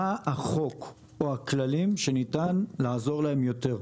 מה החוק או הכללים שניתן לעזור להם יותר?